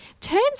turns